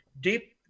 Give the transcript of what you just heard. deep